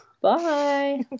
Bye